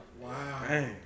Wow